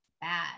bad